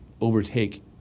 overtake